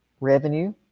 revenue